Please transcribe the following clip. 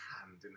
hand